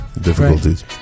Difficulties